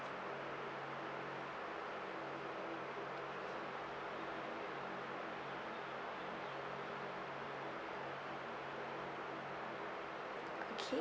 okay